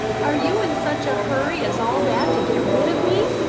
are you in such a hurry as all that to get rid of me?